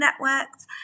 networks